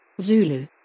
Zulu